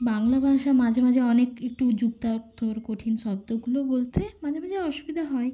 বাংলা ভাষা মাঝে মাঝে অনেক একটু যুক্তাক্ষর কঠিন শব্দগুলো বলতে মাঝে মাঝে অসুবিধা হয়